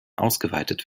ausgeweitet